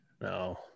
no